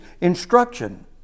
instruction